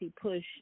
push